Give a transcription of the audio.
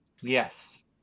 Yes